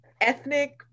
ethnic